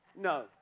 No